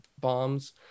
bombs